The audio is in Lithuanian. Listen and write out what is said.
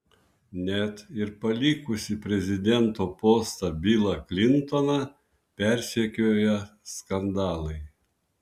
net ir palikusį prezidento postą bilą klintoną persekioja skandalai